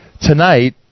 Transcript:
Tonight